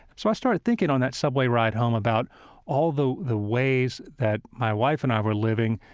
so i started thinking on that subway ride home about all the the ways that my wife and i were living,